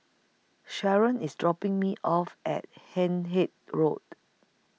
Sharron IS dropping Me off At Hindhede Road